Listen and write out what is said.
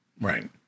Right